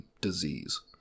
disease